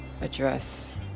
address